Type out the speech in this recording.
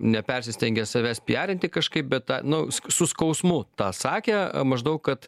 nepersistengia savęs piarinti kažkaip bet a nu su skausmu tą sakę maždaug kad